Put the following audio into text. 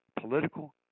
political